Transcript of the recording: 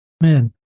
Man